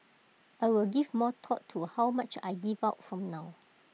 I will give more thought to how much I give out from now